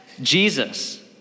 Jesus